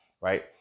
right